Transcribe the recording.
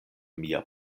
mia